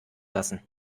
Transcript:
lassen